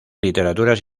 literaturas